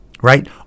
right